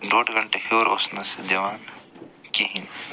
ڈۄڈ گنٛٹہٕ ہیوٚر اوس نہٕ سُہ دِوان کِہیٖنۍ